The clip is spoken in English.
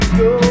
go